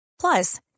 Plus